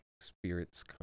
Spirits